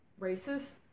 racist